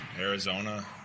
Arizona